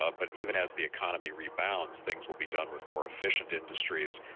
ah but even as the economy rebounds, things will be done with more efficient industries,